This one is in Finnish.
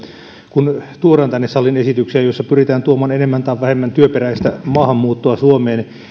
kun tuodaan tänne saliin esityksiä joissa pyritään tuomaan enemmän tai vähemmän työperäistä maahanmuuttoa suomeen